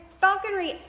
falconry